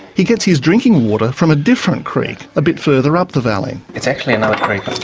he gets his drinking water from a different creek, a bit further up the valley. it's actually another creek